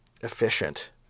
efficient